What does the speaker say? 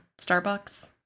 Starbucks